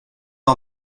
pas